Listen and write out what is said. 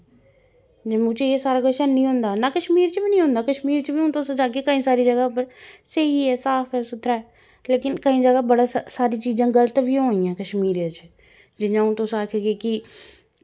जम्मू च एह् सारा कुछ ऐनी होंदा ना कश्मीर च बी निं होंदा कश्मीर च बी हून तुस जाह्गे केईं सारी जगह् पर स्हेई ऐ साफ ऐ सुथरा ऐ लेकिन केईं जगह् बड़ी सारी चीज़ां गलत बी होनियां कश्मीरै बिच जि'यां हून तुस आखगे कि